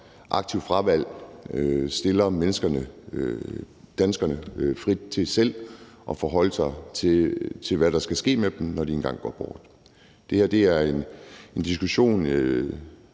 aktivt fravalg stiller menneskerne, danskerne, frit til selv at forholde sig til, hvad der skal ske med dem, når de engang går bort. Det her er en diskussion,